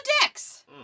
dicks